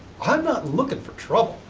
i'm not looking for trouble.